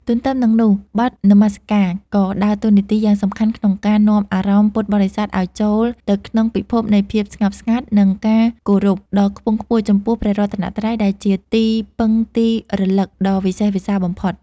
ទន្ទឹមនឹងនោះ បទនមស្ការ ក៏ដើរតួនាទីយ៉ាងសំខាន់ក្នុងការនាំអារម្មណ៍ពុទ្ធបរិស័ទឱ្យចូលទៅក្នុងពិភពនៃភាពស្ងប់ស្ងាត់ និងការគោរពដ៏ខ្ពង់ខ្ពស់ចំពោះព្រះរតនត្រ័យ ដែលជាទីពឹងទីរលឹកដ៏វិសេសវិសាលបំផុត។